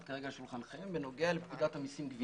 כרגע על שולחנכם בנוגע לפקודת המיסים (גבייה).